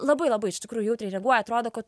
labai labai iš tikrųjų jautriai reaguoja atrodo kad